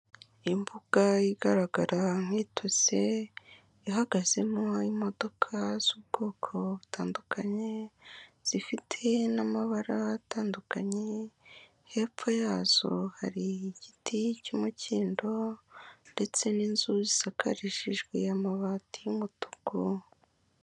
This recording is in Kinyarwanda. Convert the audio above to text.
Imbuga igaragara nk'itotse, ihagazemo imodoka z'ubwoko butandukanye, zifite n'amabara atandukanye, hepfo yazo hari igiti cy'umukindo ndetse n'inzu zisakarishijwe amabati y'umutuku.